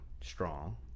strong